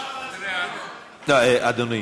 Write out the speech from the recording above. אדוני.